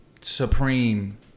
supreme